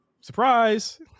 surprise